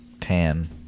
tan